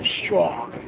strong